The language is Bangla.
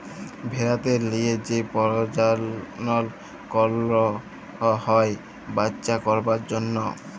ভেড়াদের লিয়ে যে পরজলল করল হ্যয় বাচ্চা করবার জনহ